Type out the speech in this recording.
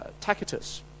Tacitus